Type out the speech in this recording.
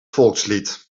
volkslied